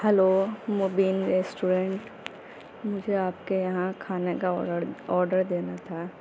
hello Mubeen restaurant مجھے آپ کے یہاں کھانے کا آڈر آڈر دینا تھا